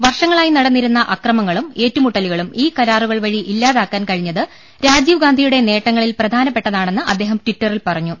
വർഷങ്ങളായി നടന്നിരുന്ന അക്രമങ്ങളും ഏറ്റുമുട്ടുകളും ഈ കരാറുകൾ വഴി ഇല്ലാതാക്കാൻ കഴിഞ്ഞത് രാജീവ്ഗാന്ധിയുടെ നേട്ടങ്ങളിൽ പ്രധാനപ്പെട്ടതാണെന്ന് അദ്ദേഹം ടിറ്ററിൽ പറഞ്ഞു